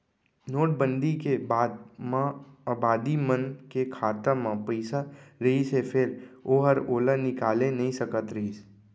note बंदी के बाद म आदमी मन के खाता म पइसा रहिस हे फेर ओहर ओला निकाले नइ सकत रहिस